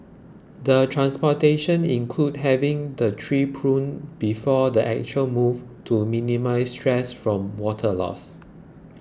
the transportation included having the tree pruned before the actual move to minimise stress from water loss